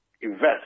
invest